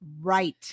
Right